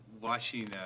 watching